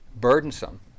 burdensome